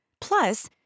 Plus